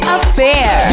Affair